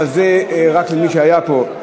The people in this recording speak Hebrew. אבל זה רק למי שהיה פה.